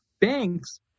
banks